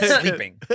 Sleeping